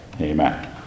Amen